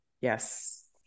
Yes